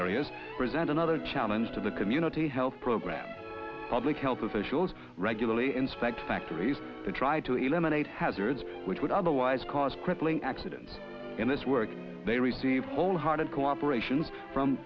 areas present another challenge to the community health program public health officials regularly inspect factories to try to eliminate hazards which would otherwise cause crippling accidents in this work they receive wholehearted cooperation from